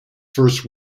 first